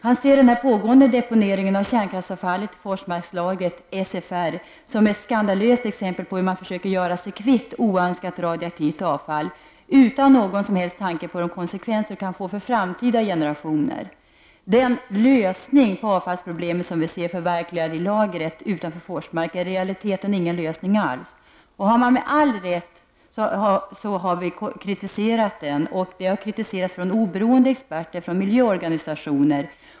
Han ser den pågående deponeringen av kärnkraftsavfall i SFR som ett skandalöst exempel på hur man försöker göra sig kvitt oönskat radioaktivt avfall utan någon som helst tanke på de konsekvenser det kan få för framtida generationer. Den ”lösning” på avfallsproblemet som vi ser förverkligad i lagret utanför Forsmark är i realiteten ingen lösning alls. Med all rätt har vi kritiserat den. Den har kritiserats av oberoende experter och av miljöorganisationer.